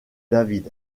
david